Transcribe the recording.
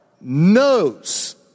knows